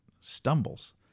stumbles